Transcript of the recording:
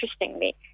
interestingly